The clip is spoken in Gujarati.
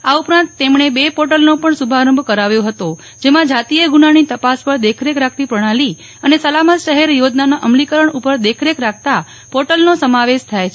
આ ઉપરાંત બે પોર્ટેલનો પણ શુભારંભ કરાવ્યો હતો જેમાં જાતિય ગુનાની તપાસ પર દેખરેખ રાખતી પ્રજ્ઞાલી અને સલામત શહેર યોજનાના અમલીકરણ ઉપર દેખરેખ રાખતા પોર્ટેલનો સમાવેશ થાય છે